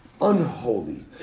unholy